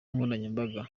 nkoranyambaga